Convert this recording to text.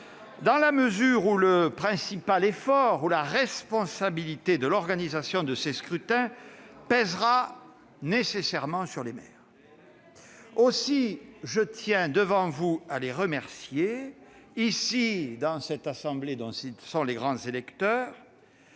dans la mesure où le principal effort et la responsabilité de l'organisation de ces scrutins pèseront nécessairement sur les maires. Je tiens d'ailleurs à les remercier devant vous, dans cette assemblée dont ils sont les grands électeurs,